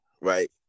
right